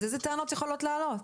אז איזה טענות יכולות לעלות?